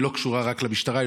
היא לא קשורה רק למשטרה,